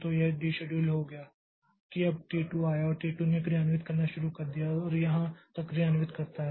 तो यह डीशेड्यूल हो गया कि अब T 2 आया और T 2 ने क्रियान्वित करना शुरू कर दिया और यह यहाँ तक क्रियान्वित करता है